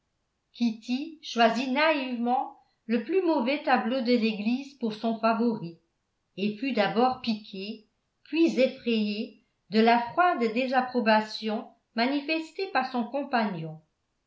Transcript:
kitty choisit naïvement le plus mauvais tableau de l'église pour son favori et fut d'abord piquée puis effrayée de la froide désapprobation manifestée par son compagnon